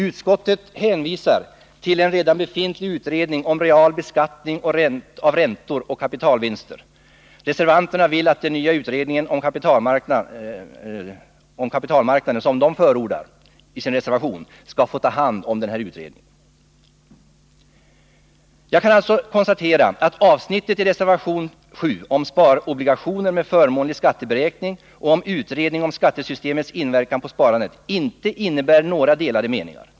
Utskottet hänvisar till en redan befintlig utredning om real beskattning av räntor och kapitalvinster. Reservanterna vill att den nya utredningen om kapitalmarknaden som de förordar i sin reservation skall utreda frågan. Jag kan alltså konstatera att avsnittet i reservationen 7 om sparobligationer med förmånlig skatteberäkning och om utredning av skattesystemets inverkan på sparandet inte innebär några delade meningar.